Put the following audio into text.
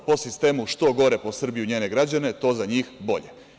Po sistemu – što gore po Srbiju i njene građane, to za njih bolje.